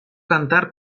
cantar